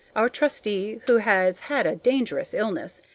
our trustee, who has had a dangerous illness,